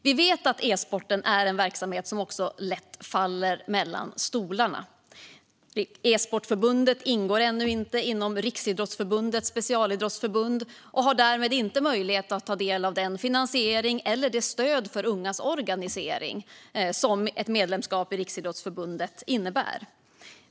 Vi vet att e-sport är en verksamhet som också lätt faller mellan stolarna. E-sportförbundet ingår ännu inte i Riksidrottsförbundets specialidrottsförbund och har därmed inte möjlighet att ta del av den finansiering eller det stöd för ungas organisering som ett medlemskap i Riksidrottsförbundet innebär.